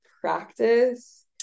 practice